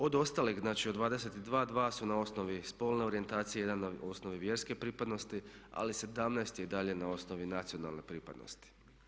Od ostalih, znači od 22, 2 su na osnovi spolne orijentacije, jedan na osnovi vjerske pripadnosti ali 17 je i dalje na osnovi nacionalne pripadnosti.